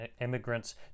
immigrants